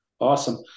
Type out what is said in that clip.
Awesome